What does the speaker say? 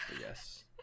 Yes